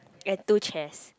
and two chairs